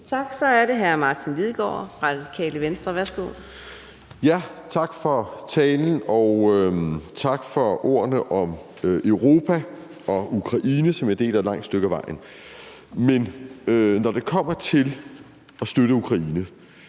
Tak. Så er det hr. Martin Lidegaard, Radikale Venstre. Værsgo. Kl. 11:07 Martin Lidegaard (RV): Tak for talen, og tak for ordene om Europa og Ukraine, som jeg deler et langt stykke af vejen. Men når det kommer til at støtte Ukraine,